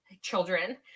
children